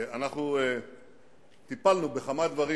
אנחנו טיפלנו בכמה דברים